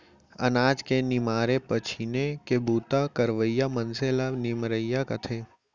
अनाज के निमारे पछीने के बूता करवइया मनसे ल निमरइया कथें